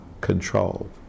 control